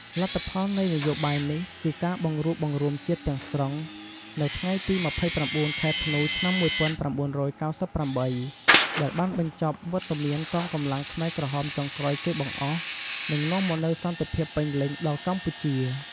លទ្ធផលនៃនយោបាយនេះ គឺការបង្រួបបង្រួមជាតិទាំងស្រុងនៅថ្ងៃទី ២៩ ខែធ្នូ ឆ្នាំ ១៩៩៨ ដែលបានបញ្ចប់វត្តមានកងកម្លាំងខ្មែរក្រហមចុងក្រោយគេបង្អស់ និងនាំមកនូវសន្តិភាពពេញលេញដល់កម្ពុជា។